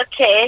Okay